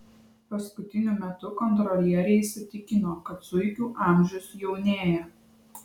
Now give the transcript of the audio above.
paskutiniu metu kontrolieriai įsitikino kad zuikių amžius jaunėja